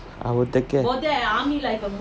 I will take care